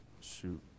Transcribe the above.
shoot